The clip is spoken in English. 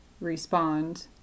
respond